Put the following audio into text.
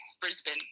Brisbane